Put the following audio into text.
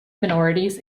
minorities